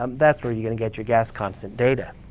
um that's where you're going to get your gas constant data.